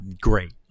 great